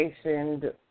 stationed